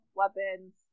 weapons